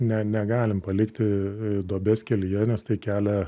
ne negalim palikti duobės kelyje nes tai kelia